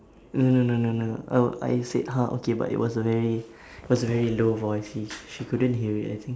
no no no no no I w~ I said !huh! okay but it was a very was a very low voice she she couldn't hear it I think